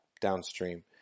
downstream